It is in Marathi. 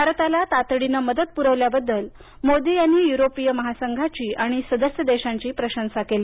भारताला तातडीनं मदत पुरवल्याबद्दल मोदी यांनी युरोपियन महासंघाची आणि सदस्य देशांची प्रशंसा केली